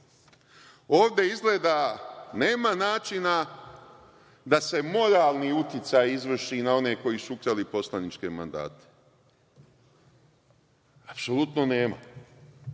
izgleda nema načina da se moralni uticaji izvrši i na one koji su ukrali poslaničke mandate. Apsolutno nema.